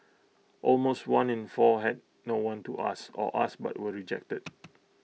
almost one in four had no one to ask or asked but were rejected